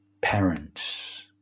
parents